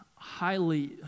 highly